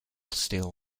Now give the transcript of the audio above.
steel